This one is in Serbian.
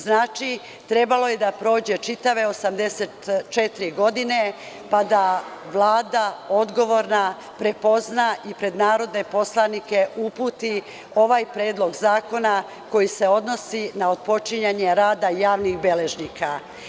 Znači, trebalo je da prođe čitave 84 godine pa da Vlada odgovorna prepozna i pred narodne poslanike uputi ovaj Predlog zakona koji se odnosi na otpočinjanje rada javnih beležnika.